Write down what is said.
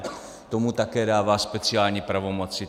To mu také dává speciální pravomoci.